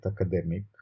academic